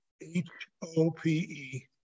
H-O-P-E